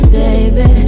baby